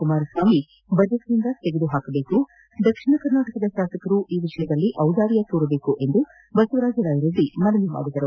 ಕುಮಾರಸ್ವಾಮಿ ಬಜೆಟ್ನಿಂದ ತೆಗೆದುಹಾಕಬೇಕು ದಕ್ಷಿಣ ಕರ್ನಾಟಕದ ಶಾಸಕರು ಈ ವಿಷಯದಲ್ಲಿ ದಿದಾರ್ಯ ತೋರದೇಕು ಎಂದು ಬಸವರಾಜ ರಾಯರೆಡ್ಡಿ ಮನವಿ ಮಾಡಿದರು